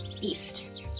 east